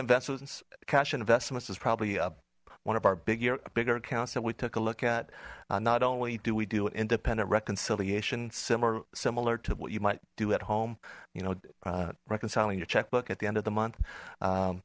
investments cash investments is probably one of our bigger bigger accounts that we took a look at not only do we do an independent reconciliation similar similar to what you might do at home you know reconciling your checkbook at the end of the month